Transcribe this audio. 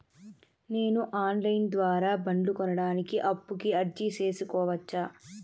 నేను online ద్వారా బండ్లు కొనడానికి అప్పుకి అర్జీ సేసుకోవచ్చా?